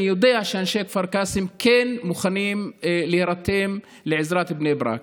אני יודע שאנשי כפר קאסם כן מוכנים להירתם לעזרת בני ברק,